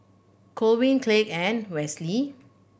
Colvin Kyleigh and Wesley